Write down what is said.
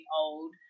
old